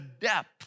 depth